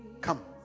come